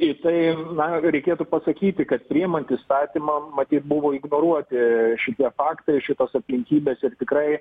į tai na reikėtų pasakyti kad priimant įstatymą matyt buvo ignoruoti šitie faktai šitos aplinkybės ir tikrai